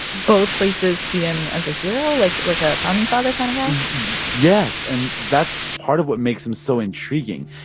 both places see him as a hero, like like a founding father kind of guy? yes. and that's part of what makes him so intriguing.